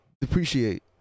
depreciate